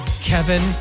Kevin